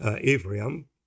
Ephraim